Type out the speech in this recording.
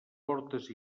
portes